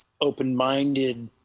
open-minded